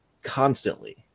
Constantly